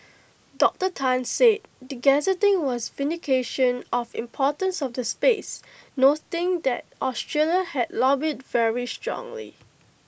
Doctor Tan said the gazetting was vindication of importance of the space noting that Australia had lobbied very strongly